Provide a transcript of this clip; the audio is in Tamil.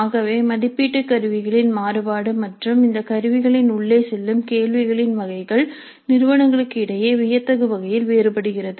ஆகவே மதிப்பீட்டு கருவிகளின் மாறுபாடு மற்றும் இந்தக் கருவிகளின் உள்ளே செல்லும் கேள்விகளின் வகைகள் நிறுவனங்களுக்கு இடையே வியத்தகு வகையில் வேறுபடுகிறது